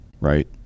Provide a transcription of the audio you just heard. Right